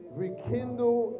rekindle